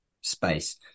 space